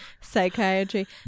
psychiatry